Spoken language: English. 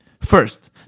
First